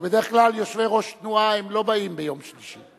בדרך כלל יושבי-ראש תנועה לא באים ביום שלישי.